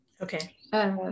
Okay